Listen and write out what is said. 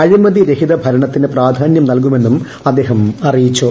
അഴിമതി രഹിത ഭരണത്തിന് പ്രാധാനൃം നൽകുമെന്നും അദ്ദേഹം അറിയിച്ചു